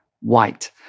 white